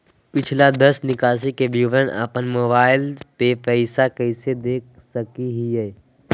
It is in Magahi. पिछला दस निकासी के विवरण अपन मोबाईल पे कैसे देख सके हियई?